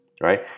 right